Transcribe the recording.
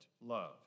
love